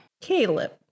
Caleb